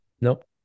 Nope